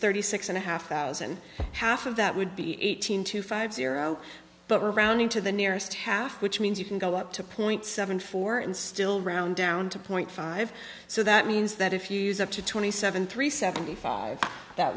thirty six and a half thousand half of that would be eighteen to five zero but around into the nearest half which means you can go up to point seven four and still round down to point five so that means that if you use up to twenty seven three seventy five that